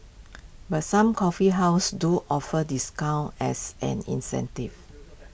but some coffee houses do offer discounts as an incentive